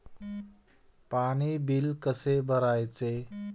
पाणी बिल कसे भरायचे?